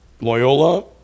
Loyola